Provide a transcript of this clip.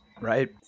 right